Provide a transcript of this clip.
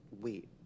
wait